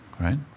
right